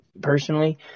personally